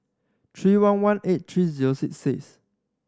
three one one eight three zero six six